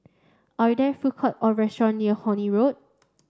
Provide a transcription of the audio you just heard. are there food court or restaurant near Horne Road